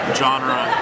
genre